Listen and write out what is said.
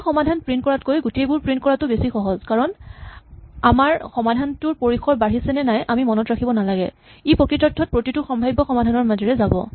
এটা সমাধান প্ৰিন্ট কৰাতকৈ গোটেইবোৰ প্ৰিন্ট কৰাটো বেছি সহজ কাৰণ আমাৰ সমাধানটোৰ পৰিসৰ বাঢ়িছেনে নাই আমি মনত ৰাখিব নালাগে ই প্ৰকৃতাৰ্থত প্ৰতিটো সাম্ভাৱ্য সমাধানৰ মাজেৰে যাব